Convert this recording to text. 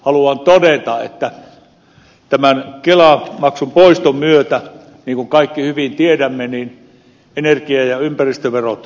haluan todeta että tämän kelamaksun poiston myötä niin kuin kaikki hyvin tiedämme energia ja ympäristöverot nousevat